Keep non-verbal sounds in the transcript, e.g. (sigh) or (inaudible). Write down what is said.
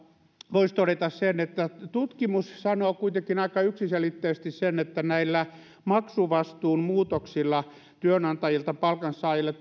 voisi todeta sen että tutkimus sanoo kuitenkin aika yksiselitteisesti sen että näillä maksuvastuun muutoksilla työnantajilta palkansaajille (unintelligible)